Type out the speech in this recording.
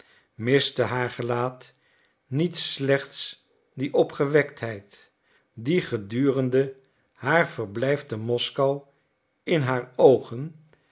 miste haar gelaat niet slechts die opgewektheid die gedurende haar verblijf te moskou in haar oogen